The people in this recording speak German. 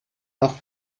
noch